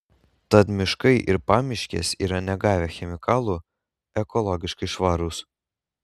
tad miškai ir pamiškės yra negavę chemikalų ekologiškai švarūs